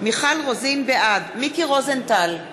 בעד מיקי רוזנטל,